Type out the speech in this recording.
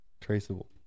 traceable